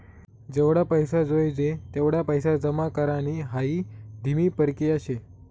जेवढा पैसा जोयजे तेवढा पैसा जमा करानी हाई धीमी परकिया शे